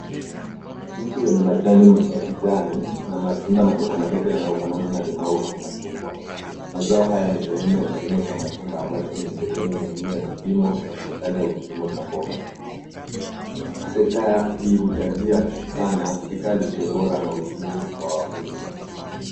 Kuna mti wenye majani ya kijani, na matunda madogo madogo yanayofanana na limau au machungwa. Mazao haya ni sehemu ya kilimo cha matunda ambacho ni sehemu muhimu ya kilimo cha bustini au kilimo cha mboga. Sekta hii uchangia sana katika lishe bora na uchumi wa wakulima.